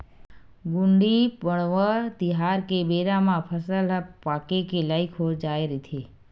गुड़ी पड़वा तिहार के बेरा म फसल ह पाके के लइक हो जाए रहिथे